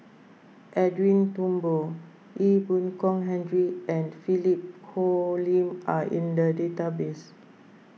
Edwin Thumboo Ee Boon Kong Henry and Philip Hoalim are in the database